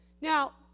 Now